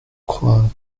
crois